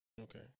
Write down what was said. Okay